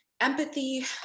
empathy